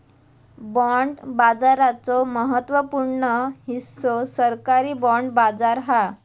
bond बाजाराचो महत्त्व पूर्ण हिस्सो सरकारी बाँड बाजार हा